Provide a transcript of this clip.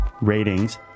ratings